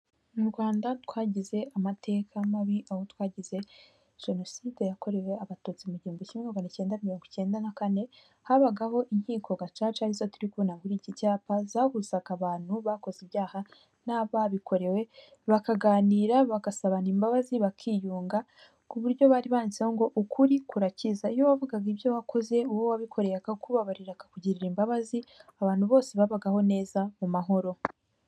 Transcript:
Mu Rwanda twagize amateka mabi aho twageze jenoside yakorewe abatutsi mu gihumbi kimwe magana cyenda mirongo icyenda na kane habagaho inkiko gacaca arizo turi kubona buri iki cyapa zahuzaga abantu bakoze ibyaha n'ababikorewe bakaganira bagasabana imbabazi bakiyunga, ku buryo bari bandiziho ngo ukuri kurakiza, iyo wavugaga ibyo wakoze uwo wabikoreye akakubabarira akakugirira imbabazi abantu bose babagaho neza mu mahoro.